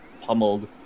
pummeled